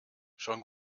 schon